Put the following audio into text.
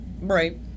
Right